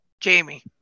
Jamie